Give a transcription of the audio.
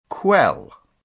Quell